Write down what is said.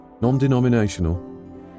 non-denominational